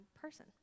person